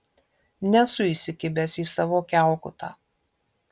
nesu įsikibęs į savo kiaukutą